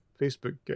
facebook